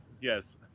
yes